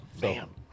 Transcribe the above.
bam